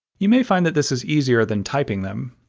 you may find that this is easier than typing them.